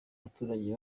abaturage